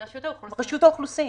רשות האוכלוסין.